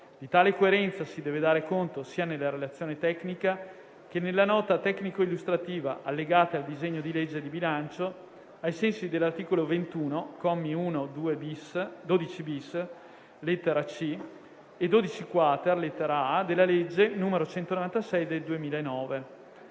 Di tale coerenza si deve dare conto sia nella relazione tecnica che nella nota tecnico-illustrativa, allegate al disegno di legge di bilancio, ai sensi dell'articolo 21, commi 12-*bis*, lettera *c)*, e 12-*quater*, lettera *a)*, della legge n. 196 del 2009.